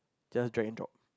just drag and drop